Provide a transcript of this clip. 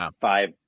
five